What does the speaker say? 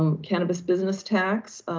um cannabis business tax,